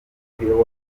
w’amaguru